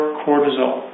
cortisol